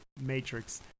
matrix